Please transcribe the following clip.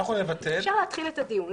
אנחנו נבטל --- אפשר להתחיל את הדיון.